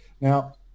now